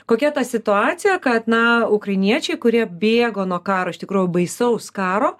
kokia ta situacija kad na ukrainiečiai kurie bėgo nuo karo iš tikrųjų baisaus karo